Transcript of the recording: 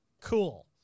Cool